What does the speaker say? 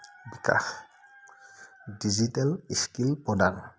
বিকাশ digital skill প্ৰদান